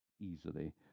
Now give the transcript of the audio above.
easily